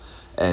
and